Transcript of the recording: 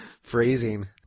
Phrasing